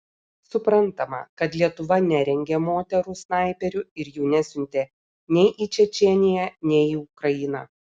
suprantama kad lietuva nerengė moterų snaiperių ir jų nesiuntė nei į čečėniją nei į ukrainą